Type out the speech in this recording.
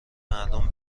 مردم